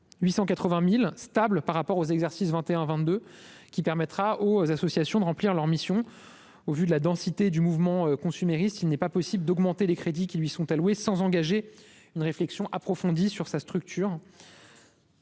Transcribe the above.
880000 stables par rapport aux exercices 21 22 qui permettra aux associations de remplir leur mission au vu de la densité du mouvement consumériste, il n'est pas possible d'augmenter les crédits qui lui sont alloués sans engager une réflexion approfondie sur sa structure.